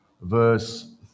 verse